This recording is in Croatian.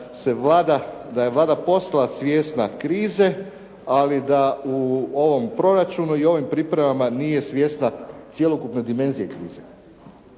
da je Vlada postala svjesna krize ali da u ovom proračunu i ovim pripremama nije svjesna cjelokupne dimenzije krize.